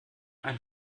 ein